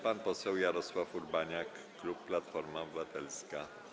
Pan poseł Jarosław Urbaniak, klub Platforma Obywatelska.